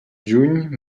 juny